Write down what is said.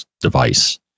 device